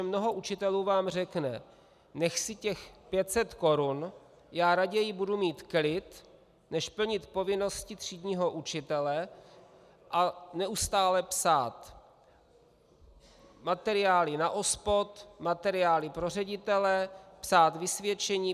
Mnoho učitelů vám řekne: Nech si těch pět set korun, já raději budu mít klid než plnit povinnosti třídního učitele a neustále psát materiály na OSPOD, materiály pro ředitele, psát vysvědčení.